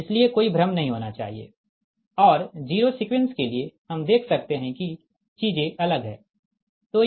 इसलिए कोई भ्रम नहीं होना चाहिए और जीरो सीक्वेंस के लिए हम देख सकते है कि चीजें अलग है